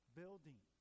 building